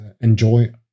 enjoy